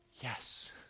Yes